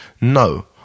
No